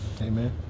Amen